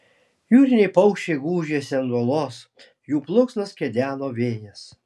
jūriniai paukščiai gūžėsi ant uolos jų plunksnas kedeno vėjas